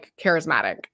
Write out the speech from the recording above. charismatic